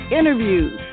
interviews